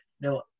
No